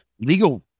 legal